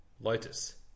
Lotus